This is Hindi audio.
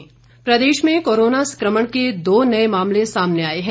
कोरोना मामले प्रदेश में कोरोना संक्रमण के दो नए मामले सामने आए हैं